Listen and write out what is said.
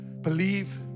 Believe